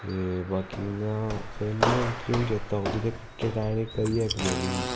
ते बाकी इ'यां फिल्म चेता अवा दी टिटैनिक करियै इक मूबी ही